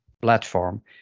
platform